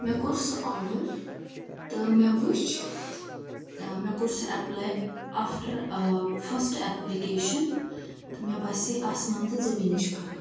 مےٚ کوٚر سُہ آرڈَر تہٕ مےٚ وُچھ ٲں مےٚ کوٚر سُہ ایٚپلاے آفٹَر ٲں فرسٹہٕ ایٚپلِکیشَن تہٕ مےٚ باسیے آسمان تہٕ زٔمیٖنٕچ فَرَق